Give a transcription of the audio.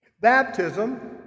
Baptism